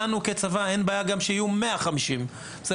לנו אין בעיה שיהיו גם 150 תקנים אבל